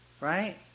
Right